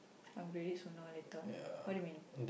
upgrade it sooner or later what do you mean